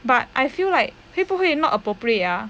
but I feel like 会不会 not appropriate ah